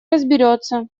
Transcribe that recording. разберется